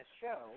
show